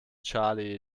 charlie